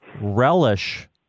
relish